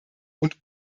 und